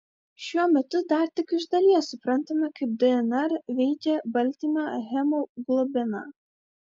šiuo metu dar tik iš dalies suprantame kaip dnr veikia baltymą hemoglobiną